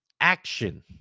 action